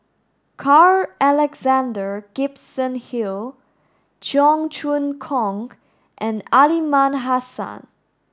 Carl Alexander Gibson Hill Cheong Choong Kong and Aliman Hassan